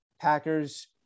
Packers